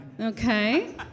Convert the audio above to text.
Okay